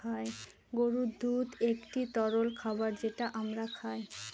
গরুর দুধ একটি তরল খাবার যেটা আমরা খায়